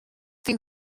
dim